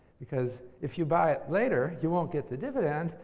because if you buy it later, you won't get the dividend,